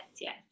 Yes